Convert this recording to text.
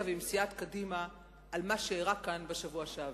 ועם סיעת קדימה על מה שאירע כאן בשבוע שעבר.